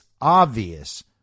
obvious